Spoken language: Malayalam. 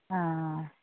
ആ